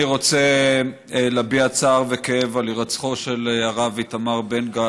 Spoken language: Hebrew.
אני רוצה להביע צער וכאב על הירצחו של הרב איתמר בן גל,